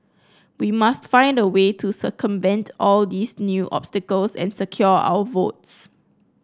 we must find a way to circumvent all these new obstacles and secure our votes